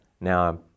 Now